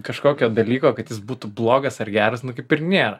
kažkokio dalyko kad jis būtų blogas ar geras kaip ir nėra